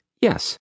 yes